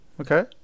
Okay